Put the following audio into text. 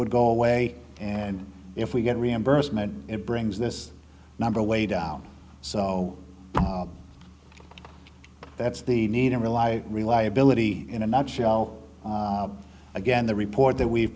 would go away and if we get reimbursement it brings this number way down so that's the need to rely reliability in a nutshell again the report that we